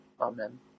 amen